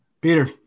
Peter